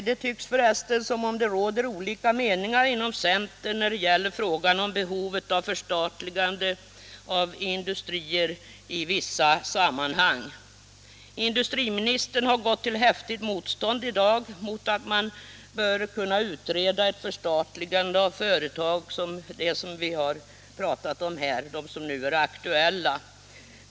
Det tycks för resten råda olika meningar inom centern när det gäller behovet av förstatligande av industrier i vissa sammanhang. Industriministern har i dag gått hårt emot förslaget att utreda ett förstatligande av de företag som nu är aktuella.